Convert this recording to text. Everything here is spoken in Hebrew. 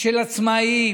של עצמאים,